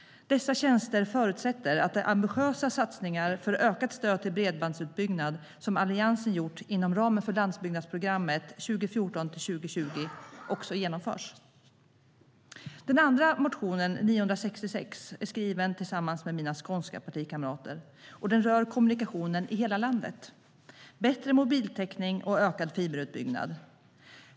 Dessa tjänster förutsätter att de ambitiösa satsningar för ökat stöd till bredbandsutbyggnad som Alliansen gjort inom ramen för landsbygdsprogrammet 2014-2020 också genomförs. Den andra motionen, 966, är skriven tillsammans med mina skånska partikamrater. Den rör kommunikationen i hela landet, bättre mobiltäckning och ökad fiberutbyggnad.